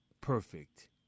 perfect